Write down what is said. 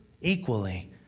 equally